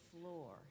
floor